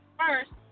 first